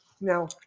now